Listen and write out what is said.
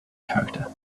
character